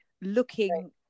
looking